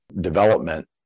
development